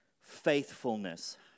faithfulness